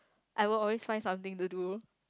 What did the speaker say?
I will always find something to do